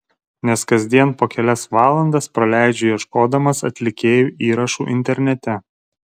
nes kasdien po kelias valandas praleidžiu ieškodamas atlikėjų įrašų internete